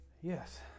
Yes